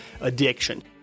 addiction